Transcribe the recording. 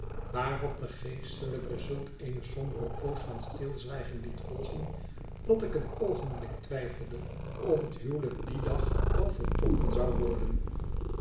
waarop de geestelijke zulk eene sombere poos van stilzwijgen liet volgen dat ik een oogenblik twijfelde of het huwelijk dien dag wel voltrokken zou worden